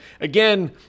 again